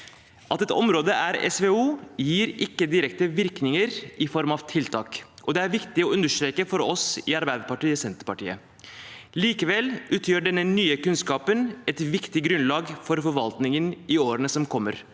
At et område er SVO, gir ikke direkte virkninger i form av tiltak, og dette er viktig å understreke for oss i Arbeiderpartiet og Senterpartiet. Likevel utgjør den nye kunnskapen et viktig grunnlag for forvaltningen i årene som kommer,